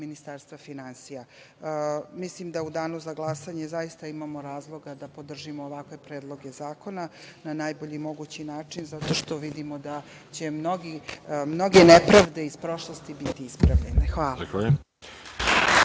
Ministarstva finansija. Mislim da u danu za glasanje zaista imamo razloga da podržimo ovakve Predloge zakona na najbolji mogući način, zato što vidimo da će mnoge nepravde iz prošlosti biti ispravljene. Hvala.